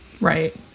Right